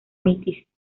misticismo